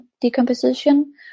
decomposition